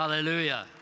hallelujah